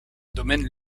domaine